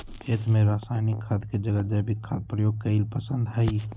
खेत में रासायनिक खाद के जगह जैविक खाद प्रयोग कईल पसंद हई